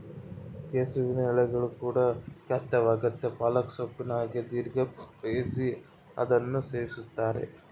ಕೆಸುವಿನ ಎಲೆಗಳು ಕೂಡ ಖಾದ್ಯವಾಗೆತೇ ಪಾಲಕ್ ಸೊಪ್ಪಿನ ಹಾಗೆ ದೀರ್ಘ ಬೇಯಿಸಿ ಅದನ್ನು ಸವಿಯುತ್ತಾರೆ